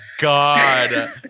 God